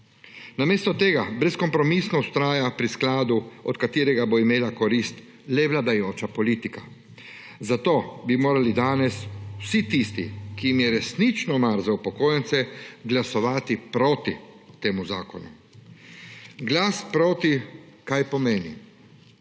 Namesto tega brezkompromisno vztraja pri skladu, od katerega bo imela korist le vladajoča politika. Zato bi morali danes vsi tisti, ki jim je resnično mar za upokojence, glasovati proti temu zakonu. Glas proti − kaj pomeni?